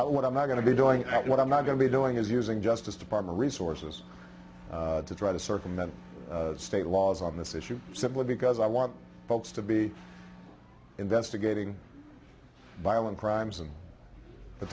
what i'm not going to be doing what i'm not going to be doing is using justice department resources to try to circumvent state laws on this issue simply because i want folks to be investigating violent crimes and